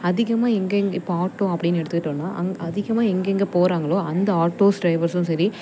அதிகமாக எங்கெங்க இப்போ ஆட்டோ அப்படின்னு எடுத்துக்கிட்டோன்னா அங்கே அதிகமாக எங்கெங்க போகறாங்களோ அந்த ஆட்டோஸ் ட்ரைவர்ஸும் சரி